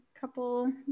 couple